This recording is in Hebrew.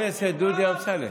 חבר הכנסת דודי אמסלם.